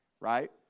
Right